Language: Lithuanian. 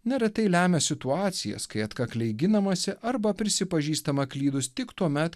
neretai lemia situacijas kai atkakliai ginamasi arba prisipažįstama klydus tik tuomet